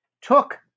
took